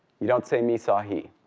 you don't say, me saw he.